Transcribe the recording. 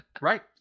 Right